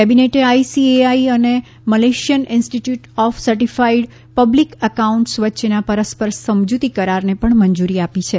કેબિનેટે આઇસીએઆઇ અને Malaysian institute of certified public accounts વચ્ચેના પરસ્પર સમજૂતી કરારને પણ મંજૂરી આપી છે